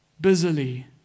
Busily